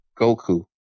Goku